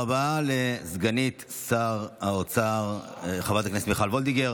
תודה רבה לסגנית שר האוצר חברת הכנסת מיכל וולדיגר.